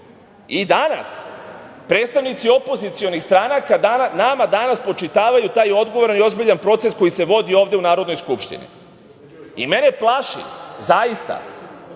sudija. Danas, predstavnici opozicionih stranaka nama danas spočitavaju taj odgovoran i ozbiljan proces koji se vodi ovde u Narodnoj skupštini. Mene plaši zaista,